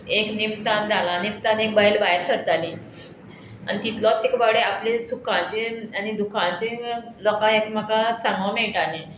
एक निमतान धालां निमतान एक बैल भायर सरताली आनी तितलोच तेका आपले सुखाचे आनी दुखाचे लोकांक एक म्हाका सांगो मेळटाले